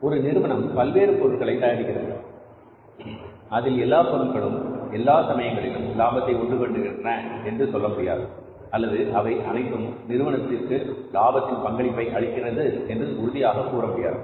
ஒரு நிறுவனம் பல்வேறு பொருட்களை தயாரிக்கிறது அதில் எல்லாப் பொருள்களும் எல்லா சமயங்களிலும் லாபத்தை உண்டுபண்ணுகின்றன என்று சொல்ல முடியாது அல்லது அவை அனைத்தும் நிறுவனத்திற்கு லாபத்தின் பங்களிப்பை அளிக்கிறது என்று உறுதியாக கூறமுடியாது